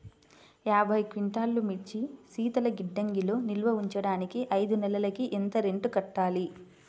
యాభై క్వింటాల్లు మిర్చి శీతల గిడ్డంగిలో నిల్వ ఉంచటానికి ఐదు నెలలకి ఎంత రెంట్ కట్టాలి?